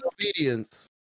obedience